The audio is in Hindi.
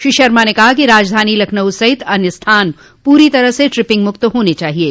श्री शर्मा ने कहा कि राजधानी लखनऊ सहित अन्य स्थान पूरी तरह से ट्रिपिंग मुक्त होने चाहिये